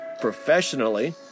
professionally